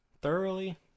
thoroughly